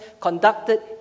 conducted